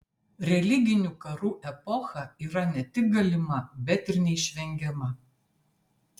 religinių karų epocha yra ne tik galima bet ir neišvengiama